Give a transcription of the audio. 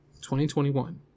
2021